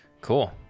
cool